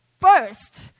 first